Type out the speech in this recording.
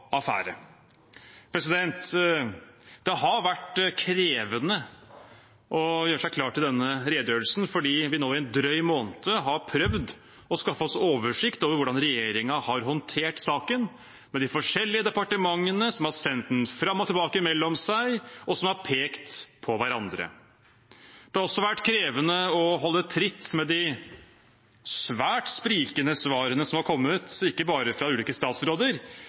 affære. Det har vært krevende å gjøre seg klar til denne redegjørelsen, for i en drøy måned har vi nå prøvd å skaffe oss oversikt over hvordan regjeringen har håndtert saken, med de forskjellige departementene som har sendt den fram og tilbake mellom seg, og som har pekt på hverandre. Det har også vært krevende å holde tritt med de svært sprikende svarene som har kommet, ikke bare fra ulike statsråder,